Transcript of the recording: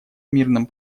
мирном